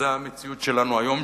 זו המציאות שלנו היום,